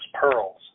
pearls